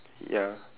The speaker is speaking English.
ya